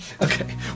Okay